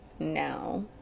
now